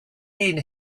been